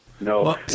No